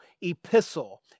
epistle